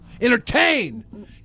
Entertain